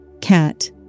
Cat